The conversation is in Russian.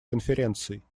конференцией